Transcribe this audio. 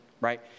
right